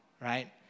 right